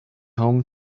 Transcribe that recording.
home